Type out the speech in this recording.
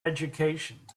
education